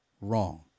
wrong